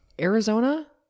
Arizona